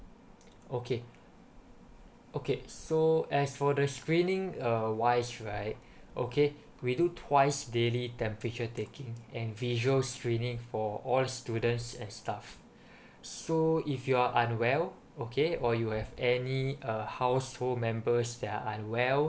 okay okay so as for the screening uh wise right okay we do twice daily temperature taking and visual screening for all students and stuff so if you're unwell okay or you have any err household members they're unwell